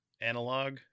analog